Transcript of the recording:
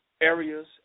areas